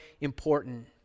important